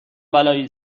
بلایی